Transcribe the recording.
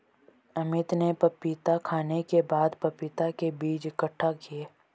अमित ने पपीता खाने के बाद पपीता के बीज इकट्ठा किए